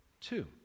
two